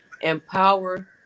empower